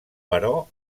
però